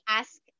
ask